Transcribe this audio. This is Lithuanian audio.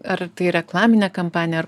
ar tai reklaminę kampaniją